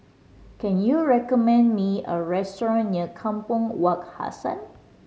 can you recommend me a restaurant near Kampong Wak Hassan